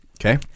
okay